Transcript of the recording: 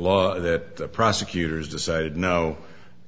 law that the prosecutors decided no